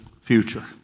future